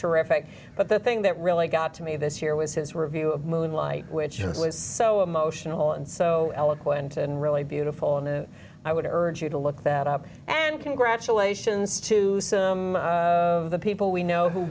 terrific but the thing that really got to me this year was his review of moonlight which was so emotional and so eloquent and really beautiful and i would urge you to look that up and congratulations to some of the people we know who